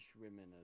women